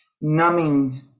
numbing